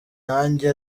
nanjye